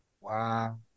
Wow